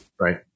right